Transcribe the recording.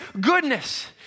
goodness